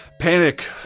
Panic